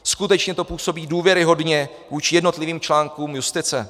Skutečně to působí důvěryhodně vůči jednotlivým článkům justice?